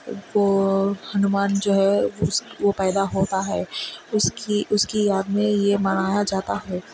وہ ہنومان جو ہے اس وہ پیدا ہوتا ہے اس کی اس کی یاد میں یہ منایا جاتا ہے